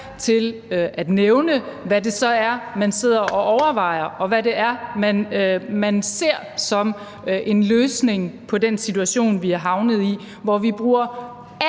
til at nævne, hvad det så er, man sidder og overvejer, og hvad det er, man ser som en løsning på den situation, vi er havnet i, hvor vi bruger alt